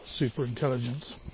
superintelligence